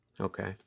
Okay